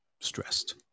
stressed